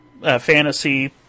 fantasy